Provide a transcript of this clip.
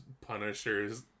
Punisher's